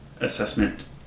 Assessment